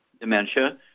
dementia